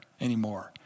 anymore